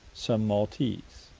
some maltese.